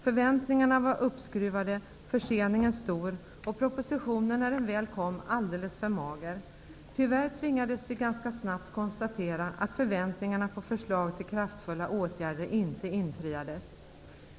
Förväntningarna var uppskruvade, förseningen stor och propositionen, när den väl kom, alldeles för mager. Tyvärr tvingades vi ganska snabbt konstatera att förväntningarna på förslag till kraftfulla åtgärder inte infriades.